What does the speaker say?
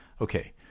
okay